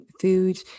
food